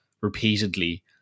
repeatedly